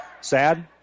Sad